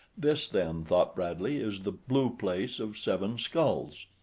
this then, thought bradley, is the blue place of seven skulls.